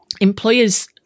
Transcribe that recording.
employers